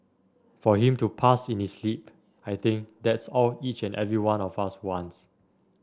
for him to pass in his sleep I think that's all each and every one of us wants